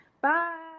Bye